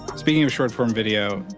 speaking of short form video,